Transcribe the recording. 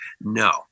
No